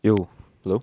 yo hello